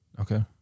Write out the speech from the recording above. okay